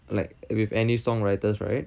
like with any songwriters right